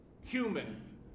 human